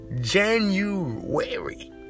January